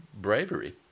bravery